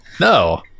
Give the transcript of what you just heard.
no